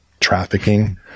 trafficking